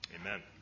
amen